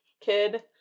kid